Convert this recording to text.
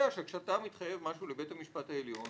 שכשאתה מתחייב משהו לבית המשפט העליון,